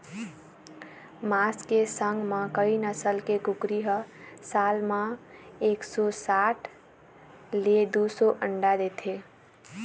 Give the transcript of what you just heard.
मांस के संग म कइ नसल के कुकरी ह साल म एक सौ साठ ले दू सौ अंडा देथे